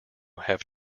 have